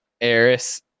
eris